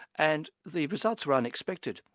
and the results were unexpected.